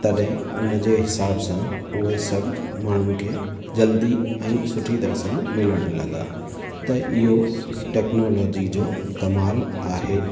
तॾहिं उनजे हिसाब सां उहे सभु माण्हूनि खे जल्दी ऐं सुठी तरह सां मिलणु लॻा त इहो टेक्नोलॉजी जो कमालु आहे